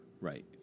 right